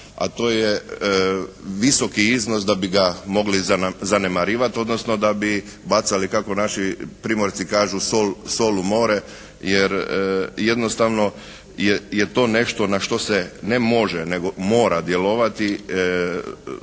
a to je visoki iznos da bi ga mogli zanemarivati, odnosno da bi bacali kako naši primorci kažu, sol u more, jer jednostavno je to nešto na što se ne može nego mora djelovati,